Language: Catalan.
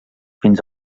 fins